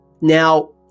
Now